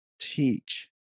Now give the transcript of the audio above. teach